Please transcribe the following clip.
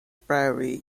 priory